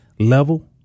level